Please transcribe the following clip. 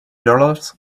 dollars